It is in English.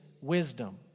wisdom